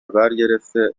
برگرفته